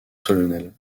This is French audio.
solennel